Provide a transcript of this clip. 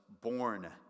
born